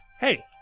Hey